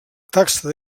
taxa